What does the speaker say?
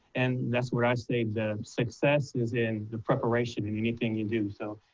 and that's what i say, the success is in the preparation, in anything you do. so,